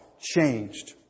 changed